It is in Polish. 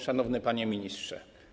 Szanowny Panie Ministrze!